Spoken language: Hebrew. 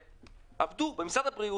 עבדו במשרד הבריאות,